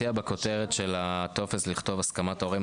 אני מציע בכותרת של הטופס לכתוב הסכמת ההורים,